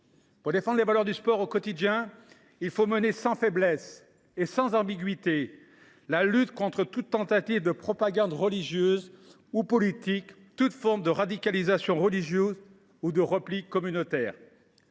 Pour défendre les valeurs du sport au quotidien, il faut mener sans faiblesse et sans ambiguïté la lutte contre toute tentative de propagande religieuse ou politique, toute forme de radicalisation religieuse ou de repli communautaire.